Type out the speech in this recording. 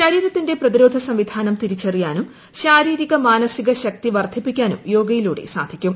ശരീരത്തിന്റെ പ്രതിരോധ സംവിധാനം തിരിച്ചറിയാനും ശാരീരിക മാനസിക ശക്തി വർദ്ധിപ്പിക്കാനും യോഗയിലൂടെ സാധിക്കും